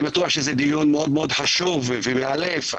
אני בטוח שזה דיון חשוב מאוד ומאלף.